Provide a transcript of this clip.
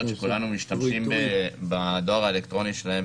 שכולנו משתמשים בדואר האלקטרוני שלהן